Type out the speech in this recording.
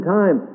time